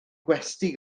gwesty